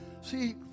See